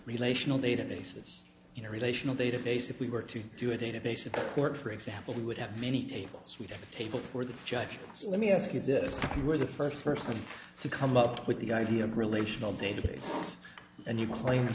relational databases in a relational database if we were to do a database support for example we would have many tables we have a table for the judge let me ask you that if you were the first person to come up with the idea of a relational database and you claim